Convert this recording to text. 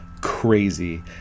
crazy